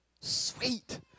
Sweet